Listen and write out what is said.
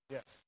Yes